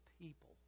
people